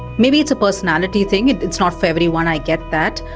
maybe it's a personality thing, and it's not for everyone, i get that,